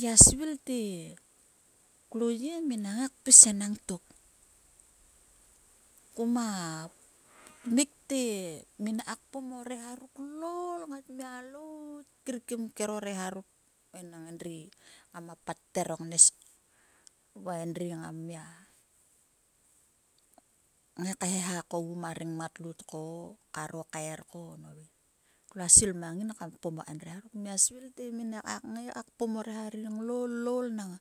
kuma svil te klo yie nginak ngai kpis tok. Kuma tmuk te minak kpom o reha ruk louil ngat mia lout kir kim kero reha ruk enang endri ngam patter o is va endri ngam ngai gi kaeheha ko ma rengmat lout ko kar o kair ko klua svil mang ngin kam kpom o reha ruk to kua svil te min kam ngai ka kpom o reha ruk loul nang